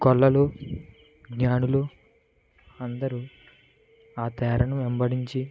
గొల్లలు జ్ఞానులు అందరూ ఆ తారను వెంబడించి